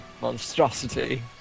Monstrosity